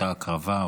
אותה הקרבה,